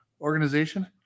organization